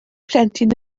plentyn